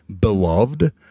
beloved